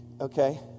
Okay